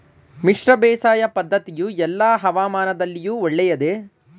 ಮಿಶ್ರ ಬೇಸಾಯ ಪದ್ದತಿಯು ಎಲ್ಲಾ ಹವಾಮಾನದಲ್ಲಿಯೂ ಒಳ್ಳೆಯದೇ?